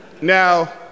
now